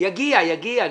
יגיע, יגיע.